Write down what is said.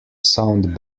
sound